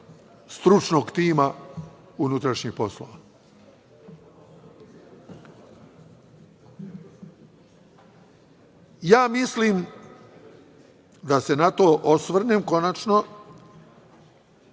stručnog tima unutrašnjih poslova. Mislim da se na to osvrnem, konačno,